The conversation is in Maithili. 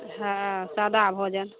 हँ सदा भोजन